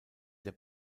der